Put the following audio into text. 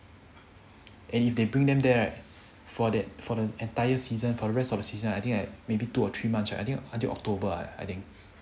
and if they bring them there right for that for that entire season for rest of the season right maybe two or three months I think until until october ah I think